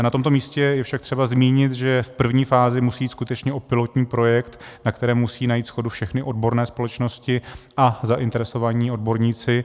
Na tomto místě je však třeba zmínit, že v první fázi musí jít skutečně o pilotní projekt, na kterém musí najít shodu všechny odborné společnosti a zainteresovaní odborníci.